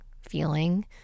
feeling